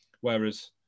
Whereas